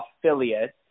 affiliate